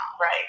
Right